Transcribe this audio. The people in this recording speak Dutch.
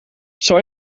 zal